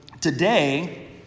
today